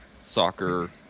soccer